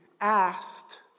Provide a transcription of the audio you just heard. asked